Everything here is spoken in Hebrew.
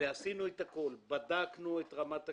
ועשינו את הכול בדקנו את רמת הקרינה.